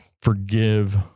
forgive